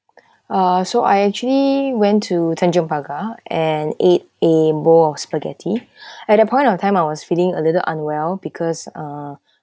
uh so I actually went to tanjong pagar and ate a bowl of spaghetti at a point of time I was feeling a little unwell because uh